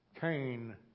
Cain